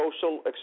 social